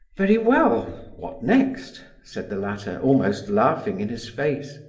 very well, what next? said the latter, almost laughing in his face.